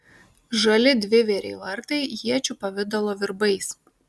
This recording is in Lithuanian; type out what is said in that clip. žali dvivėriai vartai iečių pavidalo virbais